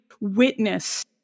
witness